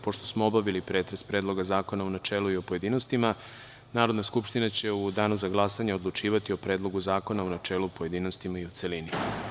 Pošto smo obavili pretres Predloga zakona u načelu i u pojedinostima, Narodna skupština će u Danu za glasanje odlučivati o Predlogu zakona u načelu, pojedinostima i u celini.